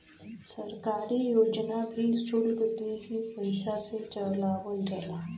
सरकारी योजना भी सुल्क के ही पइसा से चलावल जाला